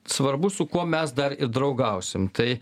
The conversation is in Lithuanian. svarbu su kuo mes dar ir draugausim tai